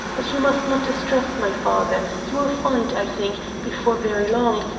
but you must not distrust my father you will find, i think, before very long,